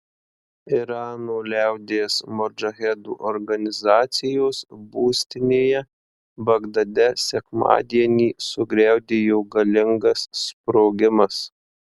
irano liaudies modžahedų organizacijos būstinėje bagdade sekmadienį sugriaudėjo galingas sprogimas